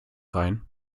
rein